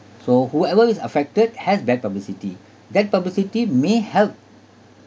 so whoever is affected has bad publicity bad publicity may help